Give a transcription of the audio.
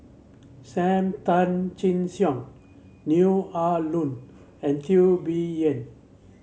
Sam Tan Chin Siong Neo Ah Luan and Teo Bee Yen